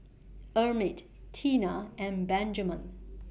Emit Tina and Benjaman